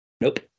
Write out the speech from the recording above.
Nope